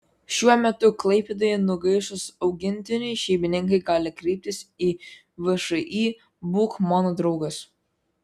šiuo metu klaipėdoje nugaišus augintiniui šeimininkai gali kreiptis į všį būk mano draugas